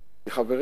חברים,